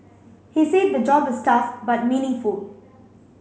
he said the job is tough but meaningful